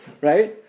right